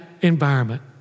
environment